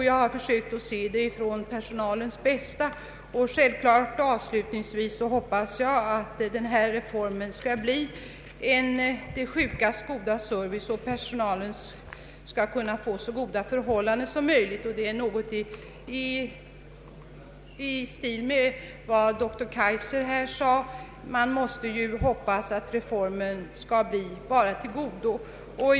Jag har försökt att se problemen med personalens bästa i tankarna, och jag vill avslutningsvis uttrycka en förhoppning om att reformen skall ge de sjuka god service och att personalen skall få så goda förhållanden som möjligt. Det är något i stil med vad herr Kaijser sade — man måste hoppas att reformen skall vara till godo. Herr talman!